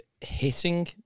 hitting